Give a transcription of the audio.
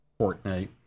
Fortnite